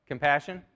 Compassion